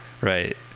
Right